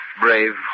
Brave